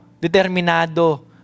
determinado